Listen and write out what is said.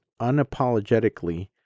unapologetically